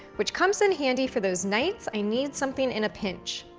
which comes in handy for those nights i need something in a pinch.